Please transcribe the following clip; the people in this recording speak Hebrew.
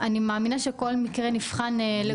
אני מאמינה שכל מקרה נבחן לגופו.